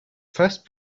first